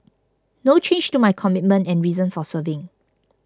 no change to my commitment and reason for serving